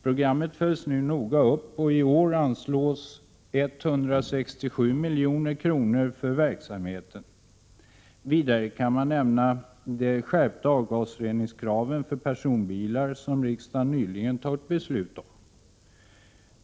Programmet följs nu noga upp, och i år anslås 167 milj.kr. för verksamheten. Vidare kan nämnas de skärpta avgasreningskrav för personbilar som riksdagen nyligen fattat beslut om.